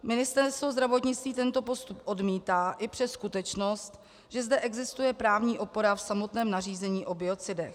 Ministerstvo zdravotnictví tento postup odmítá i přes skutečnost, že zde existuje právní opora v samotném nařízení o biocidech.